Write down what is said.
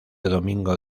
domingo